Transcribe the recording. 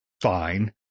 fine